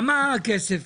כמה כסף